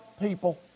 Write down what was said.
people